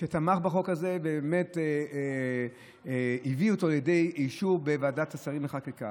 שתמך בחוק הזה והביא אותו לידי אישור בוועדת השרים לחקיקה.